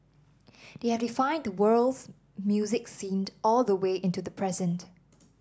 they have defined the world's music scene all the way into the present